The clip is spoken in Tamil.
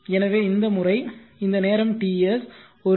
எனவே இந்த முறை இந்த நேரம் Ts